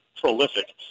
prolific